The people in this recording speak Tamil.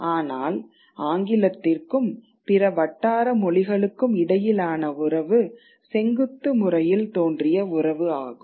ஆனால் ஆங்கிலத்திற்கும் பிற வட்டார மொழிகளுக்கும் இடையிலான உறவு செங்குத்து முறையில் தோன்றிய உறவு ஆகும்